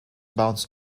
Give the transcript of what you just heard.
bounce